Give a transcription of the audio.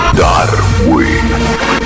Darwin